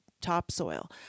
topsoil